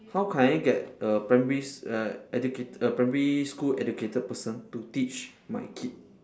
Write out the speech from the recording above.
how can I get a primary s~ a educated a primary school educated person to teach my kid